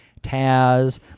Taz